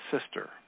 sister